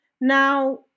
Now